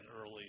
early